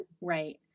right